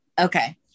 Okay